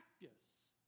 practice